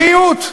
בריאות,